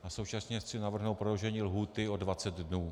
A současně chci navrhnout prodloužení lhůty o dvacet dnů.